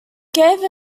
gave